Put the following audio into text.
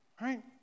Right